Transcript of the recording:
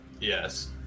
yes